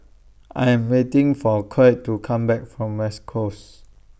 I Am waiting For Colt to Come Back from West Coast